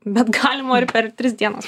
bet galima ir per tris dienas